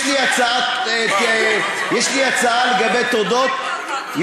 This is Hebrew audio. יש לי הצעה לגבי תודות,